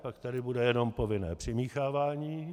Pak tady bude jenom povinné přimíchávání.